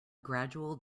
gradual